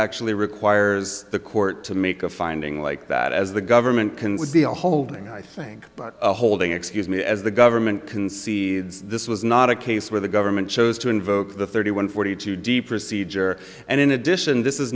actually requires the court to make a finding like that as the government can be a holding i think but holding excuse me as the government can see this was not a case where the government chose to invoke the thirty one forty two d procedure and in addition this is